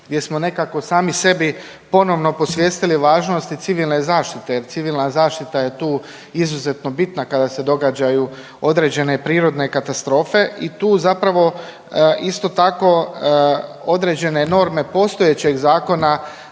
gdje smo nekako sami sebi ponovno posvijestili važnost i civilne zaštite jer civilna zaštita je tu izuzetno bitna kada se događaju određene prirodne katastrofe i tu zapravo isto tako određene norme postojećeg zakona